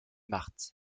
marthe